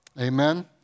amen